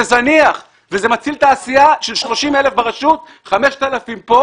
זה זניח וזה מציל תעשייה של 30,000 ברשות ו-5,000 כאן.